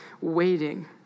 waiting